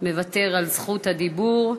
מוותר על זכות הדיבור.